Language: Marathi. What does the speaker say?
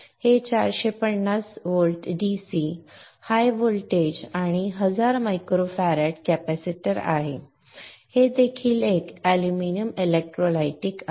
हे 450 व्होल्ट डीसी उच्च व्होल्टेज आणि हजार मायक्रो फॅराड कॅपेसिटर आहे हे देखील एक अॅल्युमिनियम इलेक्ट्रोलाइटिक आहे